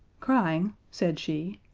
crying, said she,